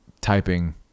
typing